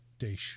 Daesh